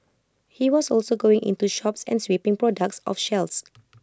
he was also going into shops and sweeping products off shelves